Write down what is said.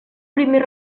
primer